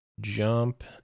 jump